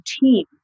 team